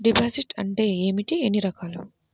Deposit అంటే ఏమిటీ ఎన్ని రకాలు?